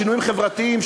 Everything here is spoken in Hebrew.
שינויים חברתיים,